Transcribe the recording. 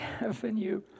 Avenue